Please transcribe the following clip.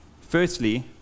Firstly